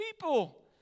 people